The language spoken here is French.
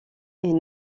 est